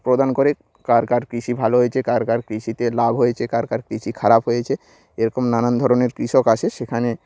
প্রদান করে কার কার কৃষি ভালো হয়েছে কার কার কৃষিতে লাভ হয়েছে কার কার কৃষি খারাপ হয়েছে এরকম নানান ধরনের কৃষক আসে সেখানে